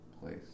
place